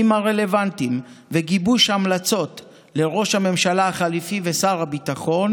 הרלוונטיים וגיבוש המלצות לראש הממשלה החליפי ושר הביטחון